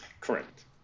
Correct